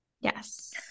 Yes